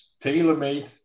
tailor-made